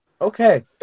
okay